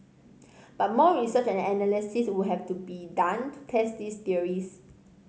but more research and analysis would have to be done to test these theories